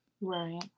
Right